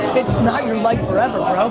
it's not your life forever bro!